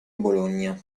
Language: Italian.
bologna